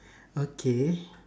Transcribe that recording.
okay